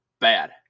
bad